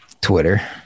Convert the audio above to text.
Twitter